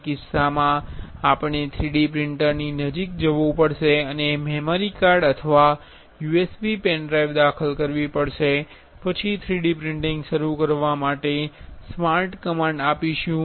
તે કિસ્સામાં આપણે તે 3D પ્રિંટરની નજીક જવું પડશે અને મેમરી કાર્ડ અથવા USB પેન ડ્રાઇવ દાખલ કરવી પડશે પછી 3D પ્રિન્ટિંગ શરૂ કરવા માટે સ્ટાર્ટ કમાન્ડ આપીશુ